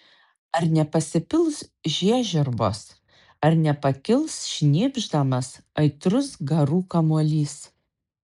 ar nepasipils žiežirbos ar nepakils šnypšdamas aitrus garų kamuolys